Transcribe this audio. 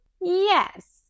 Yes